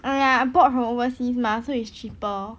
!aiya! I bought from overseas mah so it's cheaper